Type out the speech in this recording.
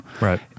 Right